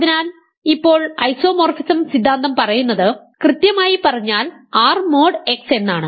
അതിനാൽ ഇപ്പോൾ ഐസോമോർഫിസം സിദ്ധാന്തം പറയുന്നത് കൃത്യമായി പറഞ്ഞാൽ R മോഡ് x എന്നാണ്